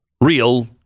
Real